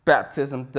baptism